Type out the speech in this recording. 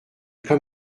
quand